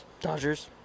Dodgers